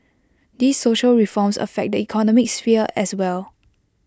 these social reforms affect the economic sphere as well